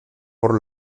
por